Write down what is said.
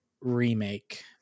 remake